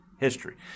History